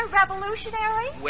revolutionary